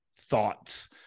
thoughts